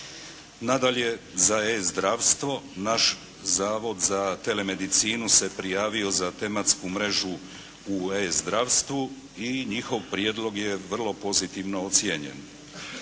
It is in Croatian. Nadalje, za e-Zdravstvo naš zavod za telemedicinu se prijavio za tematsku mrežu u e-Zdravstvu i njihov prijedlog je vrlo pozitivno ocijenjen.